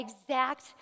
exact